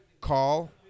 call